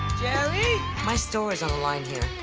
jerry! my store is on the line here.